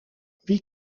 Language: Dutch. wie